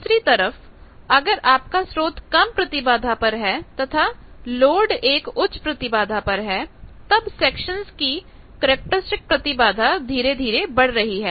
दूसरी तरफअगर आप का स्रोत कम प्रतिबाधा पर है तथा लोग एक उच्च प्रतिबाधा पर है तब सेक्शंस की कैरेक्टरिस्टिक प्रतिबाधा धीरे धीरे बढ़ रही है